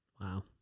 Wow